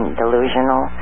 delusional